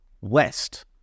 West